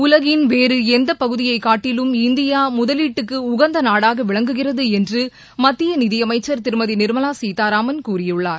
உலகின் வேறு எந்த பகுதியை காட்டிலும் இந்தியா முதலீட்டுக்கு உகந்த நாடாக விளங்குகிறது என்று மத்திய நிதியமைச்சர் திருமதி நிர்மலா சீதாராமன் கூறியுள்ளார்